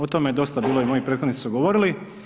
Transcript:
O tome je dosta bilo i moji prethodnici su govorili.